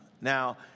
Now